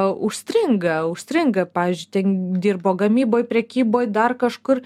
užstringa užstringa pavyzdžiui ten dirbo gamyboj prekyboj dar kažkur